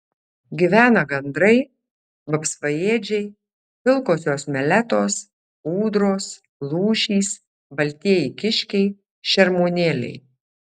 gyvena gandrai vapsvaėdžiai pilkosios meletos ūdros lūšys baltieji kiškiai šermuonėliai